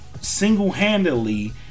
single-handedly